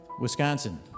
Wisconsin